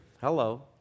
Hello